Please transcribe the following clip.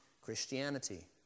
Christianity